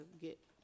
get